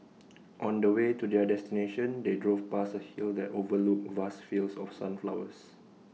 on the way to their destination they drove past A hill that overlooked vast fields of sunflowers